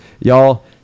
Y'all